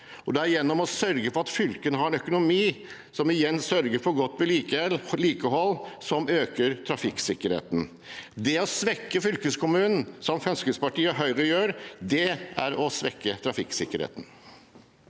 det er gjennom å sørge for at fylkene har en økonomi som igjen sørger for godt vedlikehold, man øker trafikksikkerheten. Det å svekke fylkeskommunen, som Fremskrittspartiet og Høyre gjør, er å svekke trafikksikkerheten.